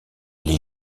les